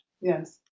Yes